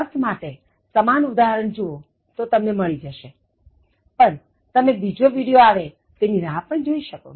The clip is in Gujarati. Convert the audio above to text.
અર્થ માટે સમાન ઉદાહરણ જુઓ તો તમને મળી જશે પણ તમે બીજા વિડિયો આવે તેની રાહ પણ જોઈ શકો